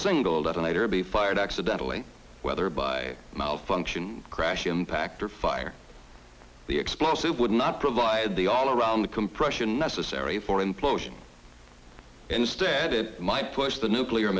singled out and later be fired accidentally whether by malfunction crash impact or fire the explosive would not provide the all around the compression necessary for implosion instead it might push the nuclear